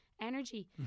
energy